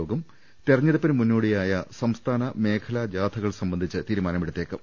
യോഗം തിരഞ്ഞെടുപ്പിന് മുന്നോ ടിയായ സംസ്ഥാന മേഖലാ ജാഥകൾ സംബന്ധിച്ച് തീരുമാനമെടുത്തേക്കും